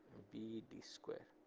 bd square